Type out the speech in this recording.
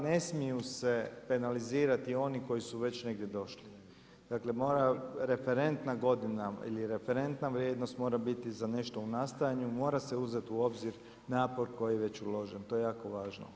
Ne smiju se penalizirati oni koji su već negdje došli, referentna godina ili referentna vrijednost mora biti za nešto u nastajanju, mora se uzeti u obzir napor koji je već uložen, to je jako važno.